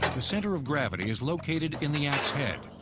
the center of gravity is located in the axe head,